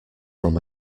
from